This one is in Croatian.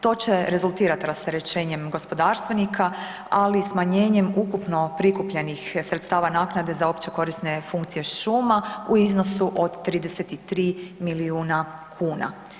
To će rezultirati rasterećenjem gospodarstvenika, ali i smanjenjem ukupno prikupljenih sredstava naknade za opće korisne funkcije šuma u iznosu od 33 milijuna kuna.